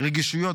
רגישויות,